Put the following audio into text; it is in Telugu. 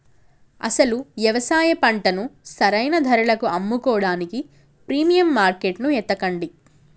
అసలు యవసాయ పంటను సరైన ధరలకు అమ్ముకోడానికి ప్రీమియం మార్కేట్టును ఎతకండి